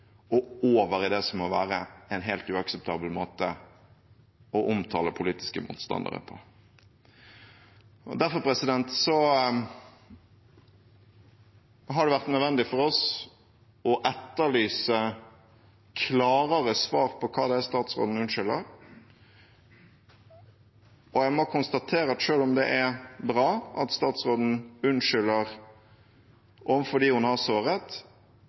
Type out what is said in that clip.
og over i det som må være en helt uakseptabel måte å omtale politiske motstandere på. Derfor har det vært nødvendig for oss å etterlyse klarere svar på hva det er statsråden unnskylder. Og jeg må konstatere at selv om det er bra at statsråden unnskylder overfor dem hun har såret,